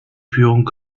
führung